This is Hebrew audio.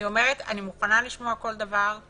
אני מכירה נשים שפתחו להם תיק או רישום על זה שהן